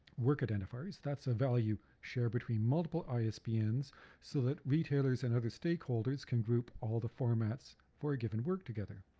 work identifiers, that's a value shared between multiple isbns so that retailers and other stakeholders can group all the formats for a given work together.